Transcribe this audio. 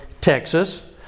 Texas